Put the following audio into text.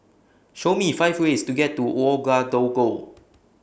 Show Me five ways to get to Ouagadougou